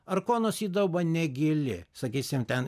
arkonos įdauba negili sakysim ten